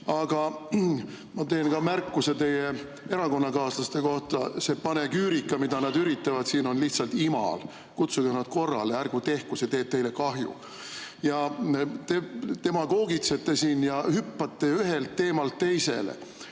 Aga ma teen ka märkuse teie erakonnakaaslaste kohta: see panegüürika, mida nad üritavad siin, on lihtsalt imal. Kutsuge nad korrale, ärgu tehku, see teeb teile kahju. Ja te demagoogitsete siin ja hüppate ühelt teemalt teisele.